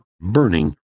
burning